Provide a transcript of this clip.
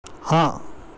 ہاں